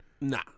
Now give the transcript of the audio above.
Nah